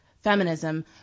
feminism